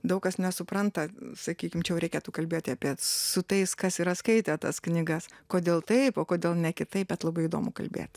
daug kas nesupranta sakykim čia jau reikėtų kalbėti apie su tais kas yra skaitę tas knygas kodėl taip o kodėl ne kitaip bet labai įdomu kalbėt